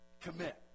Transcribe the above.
commit